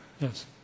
Yes